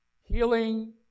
Healing